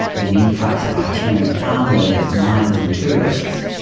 with an influx of itinerant farm workers, miners and tourists.